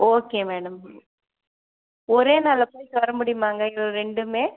okay madam ஒரே நாளில் போய்விட்டு வரமுடியுமாங்க இது ரெண்டுமே